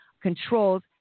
controls